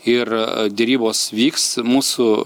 ir derybos vyks mūsų